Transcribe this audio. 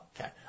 okay